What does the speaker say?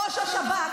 ראש השב"כ,